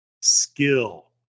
skill